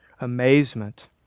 amazement